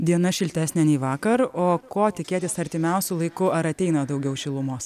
diena šiltesnė nei vakar o ko tikėtis artimiausiu laiku ar ateina daugiau šilumos